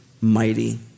mighty